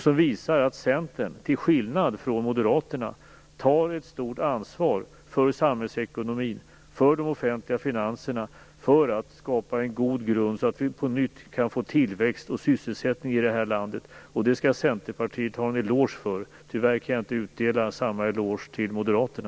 Det visar att Centern, till skillnad från Moderaterna, tar ett stort ansvar för samhällsekonomin, för de offentliga finanserna och för att skapa en god grund så att vi på nytt kan få tillväxt och sysselsättning i landet. Det skall Centerpartiet ha en eloge för. Tyvärr kan jag inte utdela samma eloge till Moderaterna.